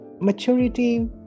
maturity